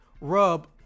rub